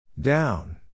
Down